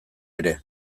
ere